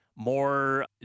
More